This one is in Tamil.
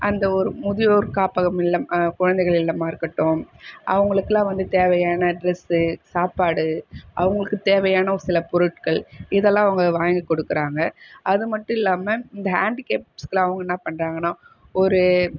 அந்த ஒரு முதியோர் காப்பகம் இல்லம் குழந்தைகள் இல்லமாகருக்கட்டும் அவங்களுக்குலாம் வந்து தேவையான டிரஸ் சாப்பாடு அவங்களுக்கு தேவையான சில பொருட்கள் இதெல்லாம் அவங்க வாங்கி கொடுக்கிறாங்க அது மட்டும் இல்லாமல் இந்த ஹாண்டிகேப்ஸ்க்குலாம் அவங்க என்ன பண்ணுறாங்கன்னா ஒரு